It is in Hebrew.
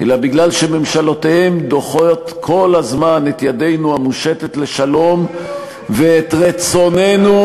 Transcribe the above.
אלא בגלל שממשלותיהם דוחות כל הזמן את ידנו המושטת לשלום ואת רצוננו,